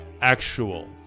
actual